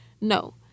No